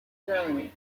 germany